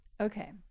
Okay